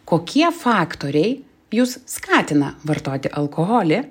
kokie faktoriai jus skatina vartoti alkoholį